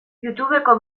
youtubeko